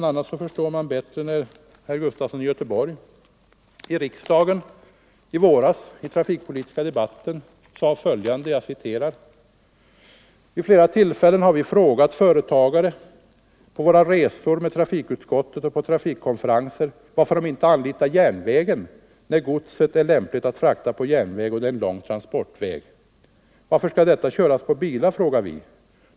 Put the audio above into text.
a. förstår man bättre herr Gustafson i Göteborg, som i den trafikpolitiska debatten i våras sade följande: ”Vid flera tillfällen har vi frågat företagare — på våra resor med trafikutskottet och på trafikkonferenser osv. — varför de inte anlitar järnvägen, när godset är lämpligt att frakta på järnväg och det är lång transportväg. Varför skall detta köras på bilar?